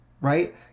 right